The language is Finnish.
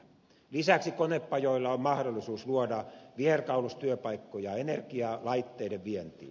lisäksi konepajoilla on mahdollisuus luoda viherkaulustyöpaikkoja energialaitteiden vientiin